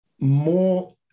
more